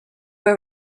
were